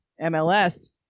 mls